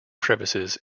crevices